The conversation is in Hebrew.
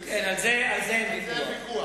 על זה אין ויכוח.